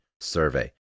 survey